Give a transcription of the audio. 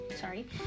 sorry